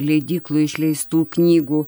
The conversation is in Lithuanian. leidyklų išleistų knygų